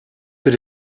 das